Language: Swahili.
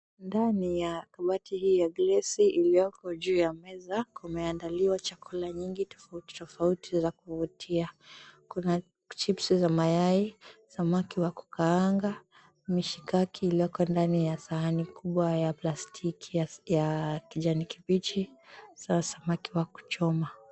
Ndani ya kabati hii ya glesi iliyoko juu ya meza kumeandaliwa chakula nyingi tofauti tofauti za kuvutia. Kuna chips za mayai, samaki wa kukaanga, mishikaki iliyoko ndani ya sahani kubwa ya plastiki ya kijani kibichi za samaki wa kuchoma.